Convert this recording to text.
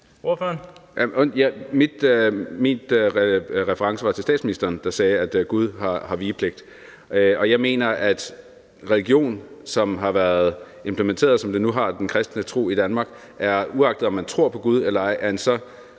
Min reference var til statsministeren, der sagde, at Gud har vigepligt, og jeg mener, at religion, som den nu har været implementeret, den kristne tro i Danmark, uagtet om man tror på Gud eller ej, uagtet om